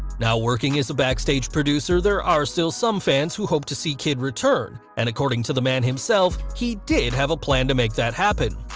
now working as a backstage producer, there are still some fans who hope to see kidd return, and according to the man himself, he did have a plan to make that happen.